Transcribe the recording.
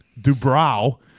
Dubrow